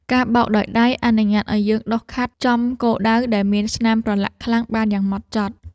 ការបោកដោយដៃអនុញ្ញាតឱ្យយើងដុសខាត់ចំគោលដៅដែលមានស្នាមប្រឡាក់ខ្លាំងបានយ៉ាងហ្មត់ចត់។